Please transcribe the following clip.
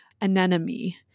anemone